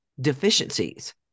deficiencies